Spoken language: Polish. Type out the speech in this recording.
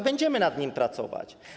Będziemy nad nim pracować.